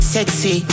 Sexy